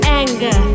anger